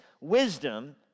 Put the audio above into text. wisdom